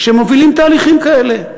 שמובילים תהליכים כאלה,